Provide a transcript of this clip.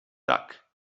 tak